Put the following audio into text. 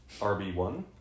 RB1